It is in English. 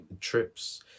trips